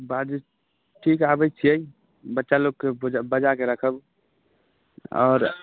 बाजू ठीक है आबै छियै बच्चा लोक केँ बजा कऽ राखब आओर